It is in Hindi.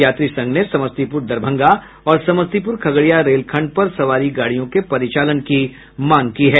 यात्री संघ ने समस्तीपुर दरभंगा और समस्तीपुर खगड़िया रेलखंड पर सवारी गाड़ियों के परिचालन की मांग की है